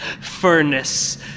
furnace